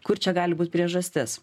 kur čia gali būt priežastis